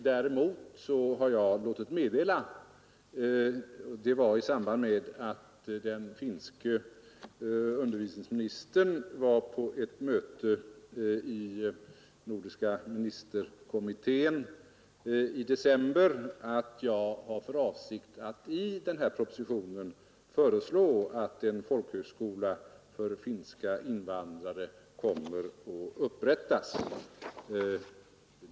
Däremot har jag i samband med att den finske undervisningsministern deltog i ett möte i den nordiska ministerkommittén i december i fjol låtit meddela att jag har för avsikt att i denna proposition föreslå att en folkhögskola för finska invandrare inrättas.